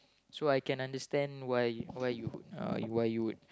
so I can understand why you why why you would